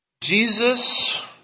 Jesus